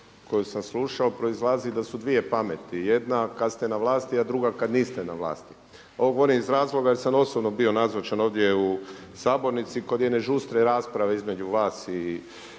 koju su sam slušao proizlazi da su dvije pameti, jedna kad ste na vlasti a druga kad niste na vlasti. Ovo govorim iz razloga jer sam osobno bio nazočan ovdje u sabornici kod jedne žustre rasprave između vas i